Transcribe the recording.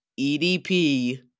EDP